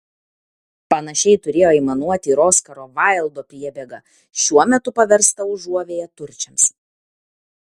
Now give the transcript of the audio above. panašiai turėjo aimanuoti ir oskaro vaildo priebėga šiuo metu paversta užuovėja turčiams